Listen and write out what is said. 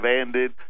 ended